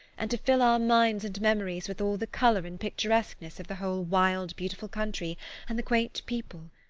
and to fill our minds and memories with all the colour and picturesqueness of the whole wild, beautiful country and the quaint people!